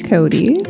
Cody